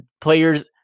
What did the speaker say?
players